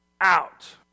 out